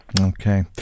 Okay